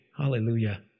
Hallelujah